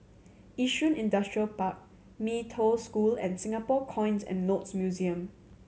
Yishun Industrial Park Mee Toh School and Singapore Coins and Notes Museum